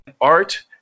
art